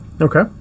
Okay